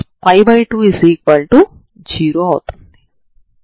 నుండి ఈ లైన్ 0 వరకు ఉంటుంది సరేనా